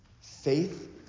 Faith